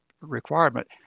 requirement